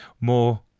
more